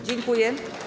Dziękuję.